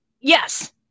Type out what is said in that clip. Yes